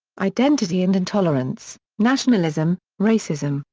identity and intolerance nationalism, racism,